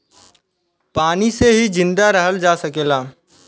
पानी से ही जिंदा रहल जा सकेला